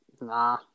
nah